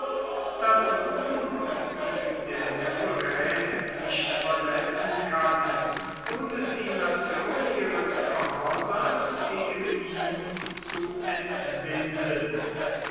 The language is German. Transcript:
statuten die der souverän nicht verletzen kann ohne die nation ihres gehorsams gegen ihn zu entbinden